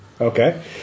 Okay